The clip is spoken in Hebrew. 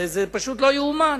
זה פשוט לא ייאמן.